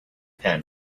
pen